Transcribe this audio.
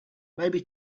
maybe